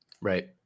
Right